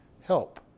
help